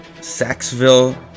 Saxville